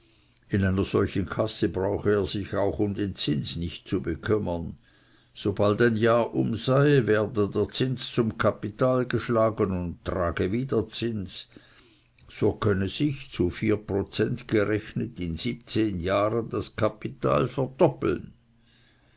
in einer solchen kasse brauche er sich auch um den zins nicht zu bekümmern so bald ein jahr um sei werde der zins zum kapital geschlagen und trage wieder zins so könne sich zu vier prozent gerechnet in siebenzehn jahren das kapital verdoppeln